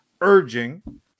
urging